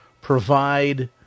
provide